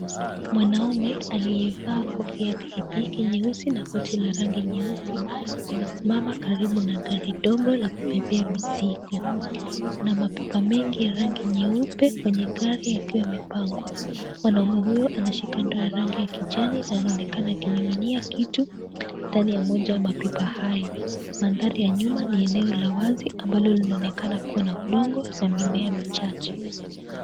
Mwanaume aliyevaa kofia ya pikipiki nyeusi na koti la rangi nyeusi, amesimama karibu na gari dogo la kubebea mizigo. Kuna mapipa mengi ya rangi nyeupe kwenye gari yakiwa yamepangwa. Mwanaume huyo anashika ndoo ya rangi ya kijani na anaonekana akimiminia kitu ndani ya moja ya mapipa hayo. Mandhari ya nyuma ni eneo la wazi ambalo linaonekana kuwa na udongo na mimea michache.